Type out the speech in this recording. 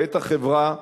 ואת החברה,